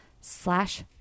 slash